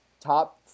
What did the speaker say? top